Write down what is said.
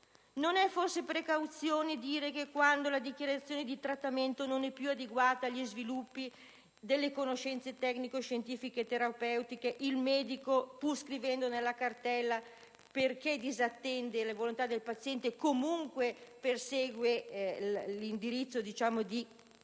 principio di precauzione dire che quando la dichiarazione anticipata di trattamento non è più adeguata agli sviluppi delle conoscenze tecniche, scientifiche e mediche, il medico, scrivendolo nella cartella, perché disattende le volontà del paziente, comunque persegue l'indirizzo di